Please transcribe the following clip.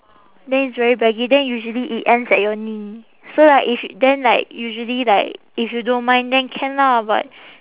then it's very baggy then usually it ends at your knee so like if then like usually like if you don't mind then can lah but